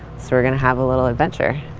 so we're gonna have a little adventure.